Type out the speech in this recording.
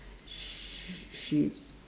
sh~ she